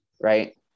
right